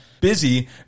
busy